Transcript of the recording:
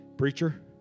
Preacher